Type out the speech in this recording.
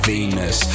Venus